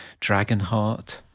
Dragonheart